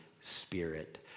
Spirit